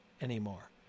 anymore